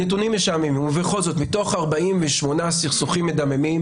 מתוך 48 סכסוכים מדממים